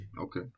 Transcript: Okay